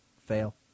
Fail